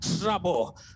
trouble